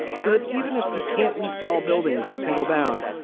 so that even if you can't leave tall buildings in a single bound.